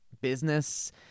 business